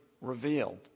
revealed